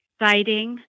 exciting